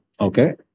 Okay